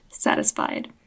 Satisfied